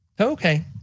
Okay